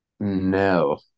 No